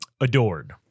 Adored